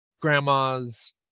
grandma's